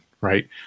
right